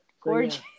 gorgeous